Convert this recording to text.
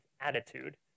attitude